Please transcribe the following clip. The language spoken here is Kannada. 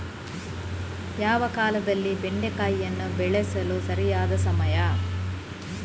ಯಾವ ಕಾಲದಲ್ಲಿ ಬೆಂಡೆಕಾಯಿಯನ್ನು ಬೆಳೆಸಲು ಸರಿಯಾದ ಸಮಯ?